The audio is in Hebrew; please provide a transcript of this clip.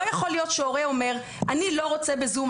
לא יכול להיות שכשהורה אומר: אני לא רוצה בזום,